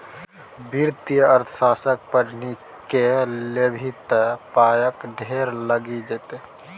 वित्तीय अर्थशास्त्रक पढ़ौनी कए लेभी त पायक ढेर लागि जेतौ